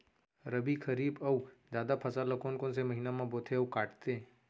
रबि, खरीफ अऊ जादा फसल ल कोन कोन से महीना म बोथे अऊ काटते?